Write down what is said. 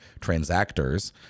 transactors